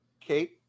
Kate